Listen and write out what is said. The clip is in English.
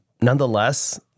Nonetheless